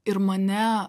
ir mane